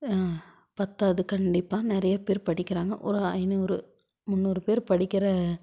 பற்றாது கண்டிப்பாக நிறைய பேர் படிக்கிறாங்க ஒரு ஐநூறு முன்னூறு பேர் படிக்கிற